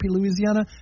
Louisiana